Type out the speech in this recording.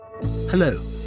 Hello